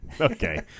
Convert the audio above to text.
okay